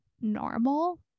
normal